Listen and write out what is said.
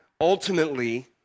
ultimately